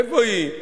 איפה היא?